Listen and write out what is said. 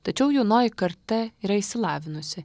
tačiau jaunoji karta yra išsilavinusi